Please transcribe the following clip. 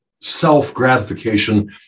self-gratification